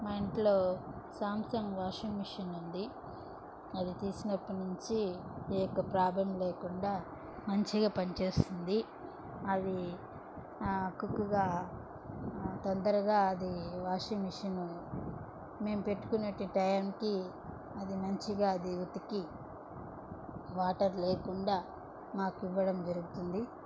మా ఇంట్లో Samsung washing machine ఉంది అది తీసినప్పుడు నుంచి ఏ యొక్క ప్రాబ్లెమ్ లేకుండా మంచిగా పని చేస్తుంది అది క్విక్కుగా తొందరగా అది వాషింగ్ మిషన్ మేం పెట్టుకునేటయానికి అది మంచిగా అది ఉతికి వాటర్ లేకుండా మాకు ఇవ్వడం జరుగుతుంది